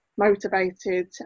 motivated